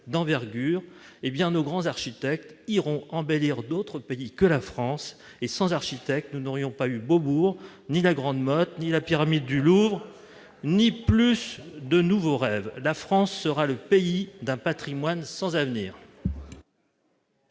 d'envergure. Nos grands architectes iront embellir d'autres pays que la France ! Sans architecte, nous n'aurions eu ni Beaubourg, ni la Grande-Motte, ni la pyramide du Louvre ! On aurait pu s'en passer ... Sans nouveaux rêves, la France sera le pays d'un patrimoine sans avenir